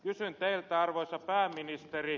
kysyn teiltä arvoisa pääministeri